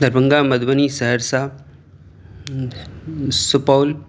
Darbhanga Madhubani Saharsa Supaul